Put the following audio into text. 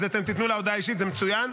אז אתם תיתנו לה הודעה אישית, זה מצוין.